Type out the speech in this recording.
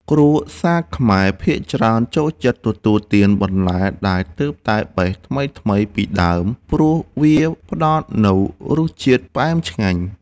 គ្រួសារខ្មែរភាគច្រើនចូលចិត្តទទួលទានបន្លែដែលទើបតែបេះថ្មីៗពីដើម ព្រោះវាផ្តល់នូវរសជាតិផ្អែមឆ្ងាញ់។